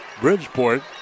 Bridgeport